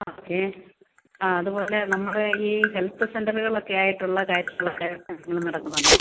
okay ആ അതുപോലെ നമ്മൾ ഈ ഹെൽത്ത് സെൻ്ററുകളക്കെ ആയിട്ടുള്ള കാര്യങ്ങളക്കെ എന്തെങ്കിലും നടക്കുന്നുണ്ടൊ